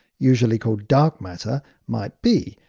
usually called dark matter, might be,